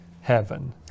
heaven